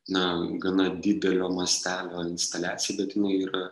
na gana didelio mastelio instaliacija bet jinai yra